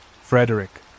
Frederick